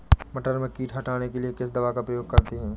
मटर में कीट हटाने के लिए किस दवा का प्रयोग करते हैं?